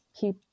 keep